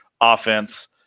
offense